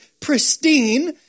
pristine